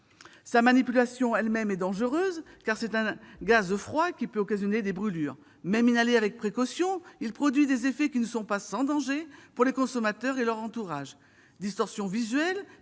Sa manipulation elle-même est dangereuse, car c'est un gaz froid, qui peut occasionner des brûlures. Même inhalé avec précaution, il produit des effets qui ne sont pas sans danger pour les consommateurs et leur entourage : distorsion visuelle